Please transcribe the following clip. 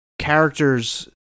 characters